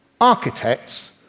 architects